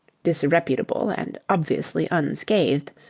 disreputable and obviously unscathed,